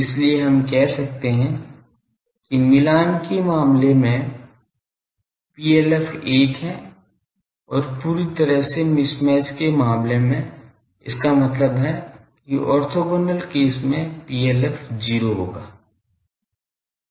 इसलिए हम कह सकते हैं कि मिलान के मामले में PLF 1 है और पूरी तरह से मिसमैच के मामले में इसका मतलब है कि ऑर्थोगोनल केस में PLF 0 होगा